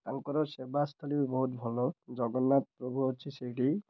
ତାଙ୍କର ସେବାସ୍ଥଳୀ ବି ବହୁତ ଭଲ ଜଗନ୍ନାଥ ପ୍ରଭୁ ଅଛି ସେଇଠି